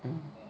mm